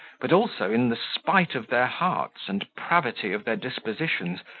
but also in the spite of their hearts and pravity of their dispositions,